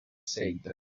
said